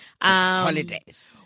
Holidays